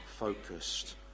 Focused